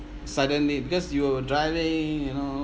suddenly because you were driving you know